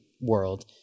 world